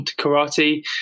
karate